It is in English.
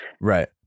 Right